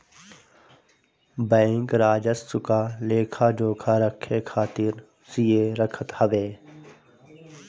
bank राजस्व क लेखा जोखा रखे खातिर सीए रखत हवे